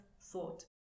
thought